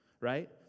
right